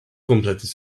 completely